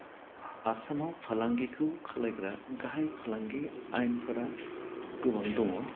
आसामाव फालांगिखौ खालायग्रा गाहाइ फालांगि आयेनफोरा गोबां दङ